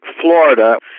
Florida